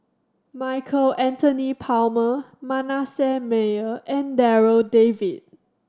Michael Anthony Palmer Manasseh Meyer and Darryl David